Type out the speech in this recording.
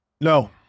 No